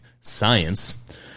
science